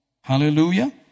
Hallelujah